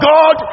God